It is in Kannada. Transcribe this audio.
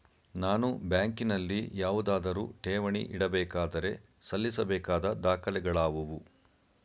ನಾನು ಬ್ಯಾಂಕಿನಲ್ಲಿ ಯಾವುದಾದರು ಠೇವಣಿ ಇಡಬೇಕಾದರೆ ಸಲ್ಲಿಸಬೇಕಾದ ದಾಖಲೆಗಳಾವವು?